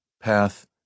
PATH